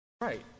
Right